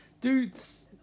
Dudes